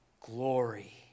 glory